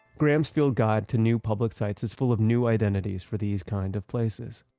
graham's field guide to new public sites is full of new identities for these kinds of places